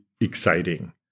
exciting